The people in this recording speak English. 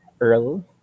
Earl